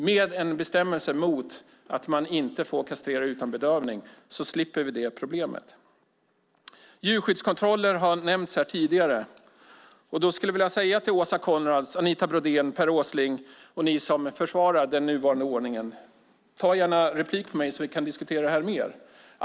Med en bestämmelse mot att man inte får kastrera utan bedövning slipper vi det problemet. Djurskyddskontroller har nämnts tidigare. Jag skulle vilja säga till Åsa Coenraads, Anita Brodén, Per Åsling och ni som försvarar den nuvarande ordningen: Begär gärna replik på mitt anförande så att vi kan diskutera det här mer!